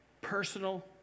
personal